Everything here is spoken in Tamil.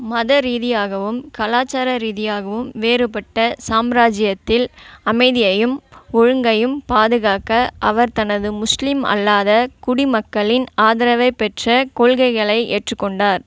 மத ரீதியாகவும் கலாச்சார ரீதியாகவும் வேறுபட்ட சாம்ராஜ்யத்தில் அமைதியையும் ஒழுங்கையும் பாதுகாக்க அவர் தனது முஸ்லீம் அல்லாத குடிமக்களின் ஆதரவைப் பெற்ற கொள்கைகளை ஏற்றுக்கொண்டார்